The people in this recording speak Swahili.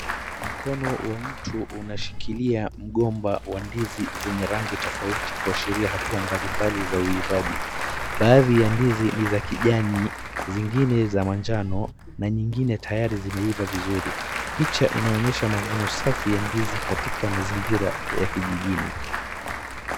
Mkono wa mtu unashikilia mgomba wa ndizi zenye rangi tofauti kuashiria hatua mbali mbali za uhifadhi. Baadhi ya ndizi ni za kijani zingine za manjano na nyingine tayari zimeivaa vizuri. Picha inaonyesha mavuzo sahii ya ndizi katika mazingira ya kijijini.